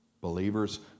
Believers